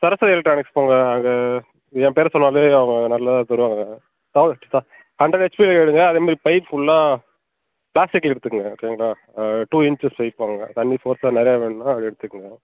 Saraswati electronics போங்க அங்கே என் பெயர சொன்னாலே அவங்க நல்லதாக தருவாங்க தௌ ஹ ஹண்ட்ரட் ஹெச்பியில் எடுங்கள் அதை மாதிரி பைப் ஃபுல்லாக ப்ளாஸ்டிக்கில் எடுத்துக்கோங்க சரிங்களா டூ இன்ச்சஸ் பைப் வாங்குங்கள் தண்ணி ஃபோர்ஸாக நிறையா வேணும்னா அதை எடுத்துக்கோங்க